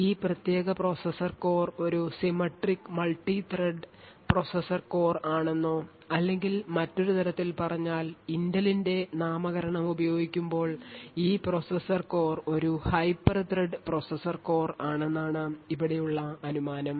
ഈ പ്രത്യേക processor core ഒരു symmetric multi thread processor core ആണെന്നോ അല്ലെങ്കിൽ മറ്റൊരു തരത്തിൽ പറഞ്ഞാൽ ഇന്റലിന്റെ നാമകരണം ഉപയോഗിക്കുമ്പോൾ ഈ പ്രോസസർ കോർ ഒരു ഹൈപ്പർ ത്രെഡ്ഡ് പ്രോസസർ കോർ ആണെന്നാണ് ഇവിടെയുള്ള അനുമാനം